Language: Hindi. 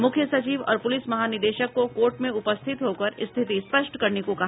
मुख्य सचिव और पुलिस महानिदेशक को कोर्ट में उपस्थित होकर स्थिति स्पष्ट करने को कहा